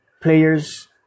players